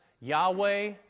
Yahweh